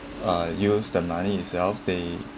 uh use the money itself they